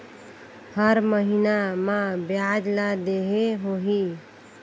हर महीना मा ब्याज ला देहे होही?